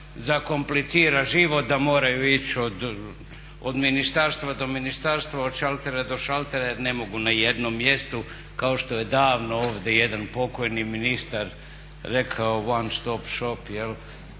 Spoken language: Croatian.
zakomplicira život da moraju ići od ministarstva do ministarstva, od šaltera do šaltera jer ne mogu na jednom mjestu kao što je davno ovdje jedan pokojni ministar rekao one stop shop, tu